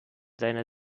seiner